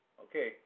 Okay